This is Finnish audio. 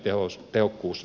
arvoisa puhemies